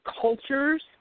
cultures